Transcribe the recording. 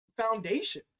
foundation